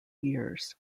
years